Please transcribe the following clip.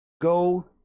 go